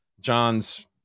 John's